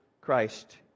Christ